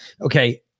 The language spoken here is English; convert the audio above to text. Okay